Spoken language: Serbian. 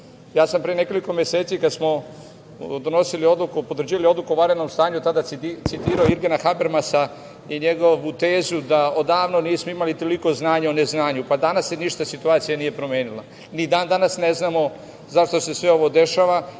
Pre nekoliko meseci kad smo potvrđivali odluku o vanrednom stanju, ja sam tada citirao Jirgena Habermasa i njegovu tezu da odavno nismo imali toliko znanja o neznanju. Danas se ništa situacija nije promenila. Ni dan danas ne znamo zašto se sve ovo dešava,